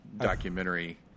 documentary